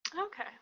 Okay